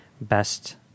Best